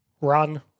Run